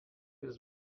jis